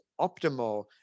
optimal